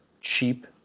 cheap